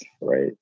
right